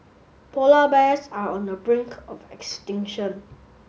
polar bears are on the brink of extinction